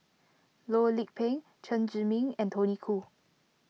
Loh Lik Peng Chen Zhiming and Tony Khoo